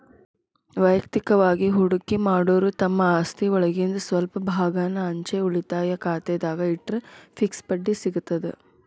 ವಯಕ್ತಿಕವಾಗಿ ಹೂಡಕಿ ಮಾಡೋರು ತಮ್ಮ ಆಸ್ತಿಒಳಗಿಂದ್ ಸ್ವಲ್ಪ ಭಾಗಾನ ಅಂಚೆ ಉಳಿತಾಯ ಖಾತೆದಾಗ ಇಟ್ಟರ ಫಿಕ್ಸ್ ಬಡ್ಡಿ ಸಿಗತದ